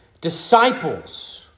disciples